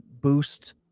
boost